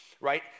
Right